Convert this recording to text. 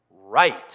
right